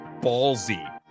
ballsy